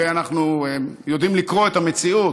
ואנחנו יודעים לקרוא את המציאות.